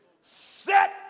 Set